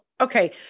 okay